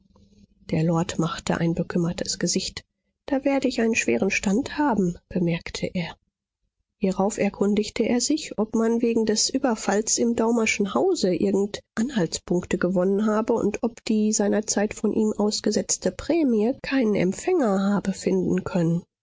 der lord machte ein bekümmertes gesicht da werde ich einen schweren stand haben bemerkte er hierauf erkundigte er sich ob man wegen des überfalls im daumerschen hause irgend anhaltspunkte gewonnen habe und ob die seinerzeit von ihm ausgesetzte prämie keinen empfänger habe finden können